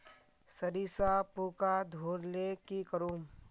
सरिसा पूका धोर ले की करूम?